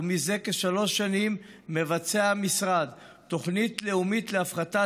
וזה כשלוש שנים מבצע המשרד תוכנית לאומית להפחתת